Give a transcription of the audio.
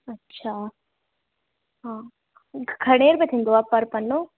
अच्छा हा घणे रूपे थींदो आहे पर पन्नो